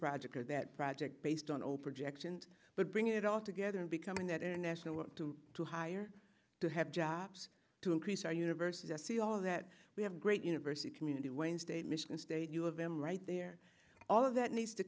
project or that project based on old projections but bringing it all together and becoming that international want to to hire to have jobs to increase our university i see all of that we have great university community wayne state michigan state you have them right there all of that needs to